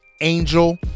Angel